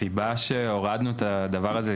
הסיבה שהורדנו את הדבר הזה,